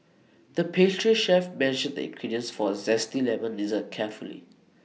the pastry chef measured the ingredients for A Zesty Lemon Dessert carefully